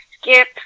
skip